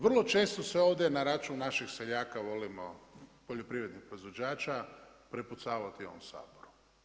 Vrlo često se ovdje na račun naših seljaka volimo, poljoprivrednih proizvođača prepucavati u ovom Saboru.